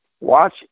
watch